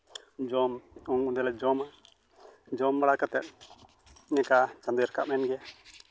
ᱡᱚᱢ ᱚᱸᱰᱮᱞᱮ ᱡᱚᱢᱟ ᱡᱚᱢ ᱵᱟᱲᱟ ᱠᱟᱛᱮᱫ ᱤᱱᱠᱟᱹ ᱪᱟᱸᱫᱳᱭ ᱨᱟᱠᱟᱵᱽ ᱮᱱ ᱜᱮ